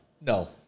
No